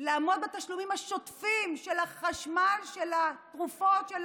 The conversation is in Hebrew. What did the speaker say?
לעמוד בתשלומים השוטפים של החשמל, של התרופות, של